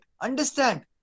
understand